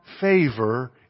favor